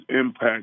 impact